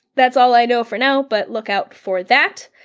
that's all i know for now. but look out for that.